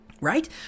Right